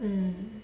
mm